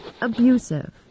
abusive